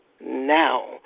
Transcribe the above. Now